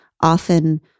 often